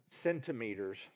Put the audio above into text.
centimeters